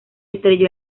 estrelló